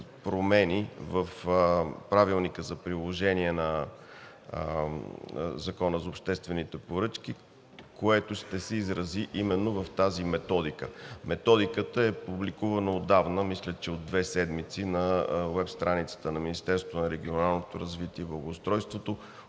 промени в Правилника за приложение на Закона за обществените поръчки, което ще се изрази именно в тази методика. Методиката е публикувана отдавна, мисля, че от две седмици, на уеб страницата на Министерството на регионалното развитие и благоустройството,